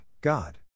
God